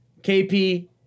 KP